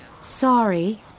Sorry